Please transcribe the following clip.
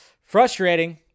Frustrating